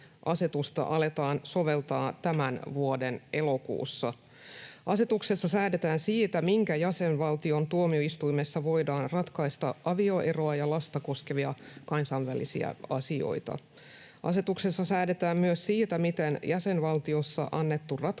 ‑asetusta aletaan soveltaa tämän vuoden elokuussa. Asetuksessa säädetään siitä, minkä jäsenvaltion tuomioistuimessa voidaan ratkaista avioeroa ja lasta koskevia kansainvälisiä asioita. Asetuksessa säädetään myös siitä, miten jäsenvaltiossa annettu ratkaisu